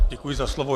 Děkuji za slovo.